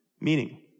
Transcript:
Meaning